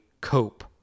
cope